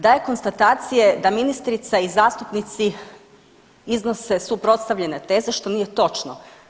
Daje konstatacije da ministrica i zastupnici iznose suprotstavljene teze što nije točno.